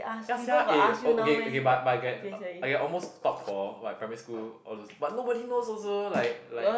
ya sia eh okay okay but I but I get almost top for my primary school all those but nobody knows also like like